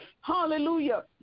hallelujah